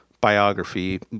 biography